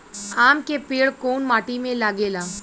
आम के पेड़ कोउन माटी में लागे ला?